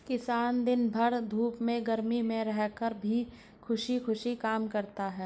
किसान दिन भर धूप में गर्मी में रहकर भी खुशी खुशी काम करता है